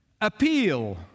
Appeal